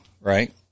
right